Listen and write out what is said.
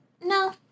no